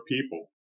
people